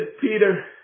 Peter